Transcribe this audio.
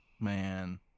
Man